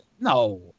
No